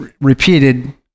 repeated